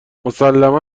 مسلما